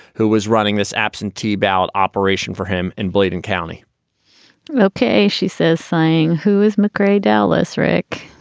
who was running this absentee ballot operation for him in bladen county ok. she says saying who is mccray dallas, rick?